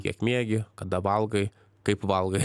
kiek miegi kada valgai kaip valgai